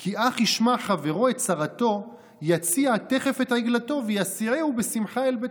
כי אך ישמע חברו את צרתו יציע תכף את עגלתו ויסיעהו בשמחה אל ביתו,